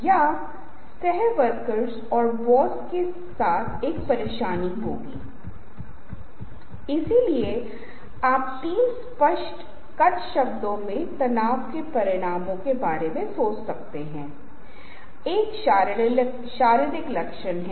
आप स्क्रीन के बायीं ओर मेरे चेहरे को देख सकते हैं और आप ग्रंथों को स्क्रीन के दाहिने हाथ की ओर से जोड़कर देख सकते हैं हो सकता है कि यह आरामदायक न हो